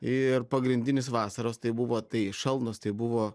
ir pagrindinis vasaros tai buvo tai šalnos tai buvo